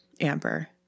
amber